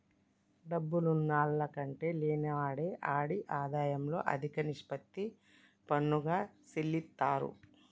డబ్బున్నాల్ల కంటే లేనివాడే ఆడి ఆదాయంలో అదిక నిష్పత్తి పన్నుగా సెల్లిత్తారు